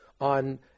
on